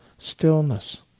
Stillness